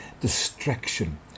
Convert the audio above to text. distraction